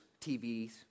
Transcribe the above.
TVs